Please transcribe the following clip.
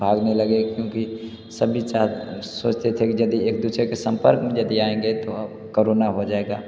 भागने लगे क्योंकि सभी सोचते थे जदि एक दूसरे के संपर्क में यदि आएँगे तो करोना हो जाएगा